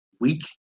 weak